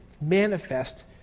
manifest